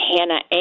Hannah